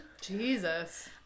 Jesus